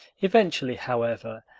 eventually, however,